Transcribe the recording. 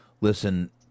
Listen